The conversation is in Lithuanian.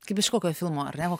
kaip iš kokio filmo ar ne